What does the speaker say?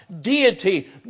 deity